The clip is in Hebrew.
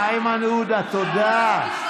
חבר הכנסת איימן עודה, תודה.